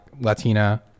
Latina